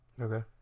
Okay